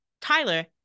Tyler